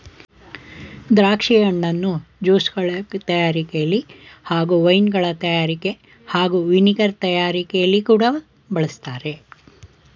ದ್ರಾಕ್ಷಿ ಹಣ್ಣನ್ನು ಜ್ಯೂಸ್ಗಳ ತಯಾರಿಕೆಲಿ ಹಾಗೂ ವೈನ್ಗಳ ತಯಾರಿಕೆ ಹಾಗೂ ವಿನೆಗರ್ ತಯಾರಿಕೆಲಿ ಕೂಡ ಬಳಸ್ತಾರೆ